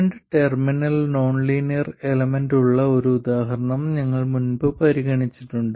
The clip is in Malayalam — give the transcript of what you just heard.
രണ്ട് ടെർമിനൽ നോൺലീനിയർ എലമെന്റ് ഉള്ള ഒരു ഉദാഹരണം ഞങ്ങൾ മുമ്പ് പരിഗണിച്ചിട്ടുണ്ട്